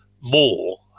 more